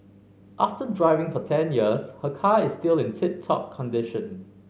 after driving for ten years her car is still in tip top condition